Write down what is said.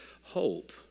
Hope